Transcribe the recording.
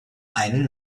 einen